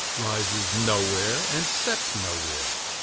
rises nowhere and sets nowhere.